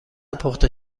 پخته